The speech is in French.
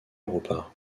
europa